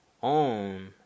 on